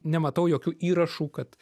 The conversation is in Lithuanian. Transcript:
nematau jokių įrašų kad